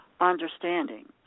understanding